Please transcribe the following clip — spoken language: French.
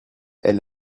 elle